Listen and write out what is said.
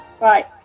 Right